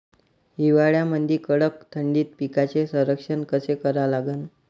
हिवाळ्यामंदी कडक थंडीत पिकाचे संरक्षण कसे करा लागन?